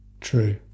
true